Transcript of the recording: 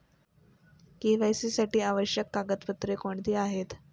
KYC साठी आवश्यक कागदपत्रे कोणती आहेत?